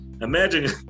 imagine